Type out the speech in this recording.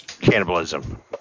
cannibalism